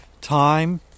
time